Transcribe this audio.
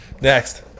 Next